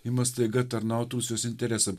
ima staiga tarnaut rusijos interesam